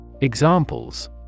Examples